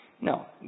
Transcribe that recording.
No